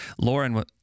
Lauren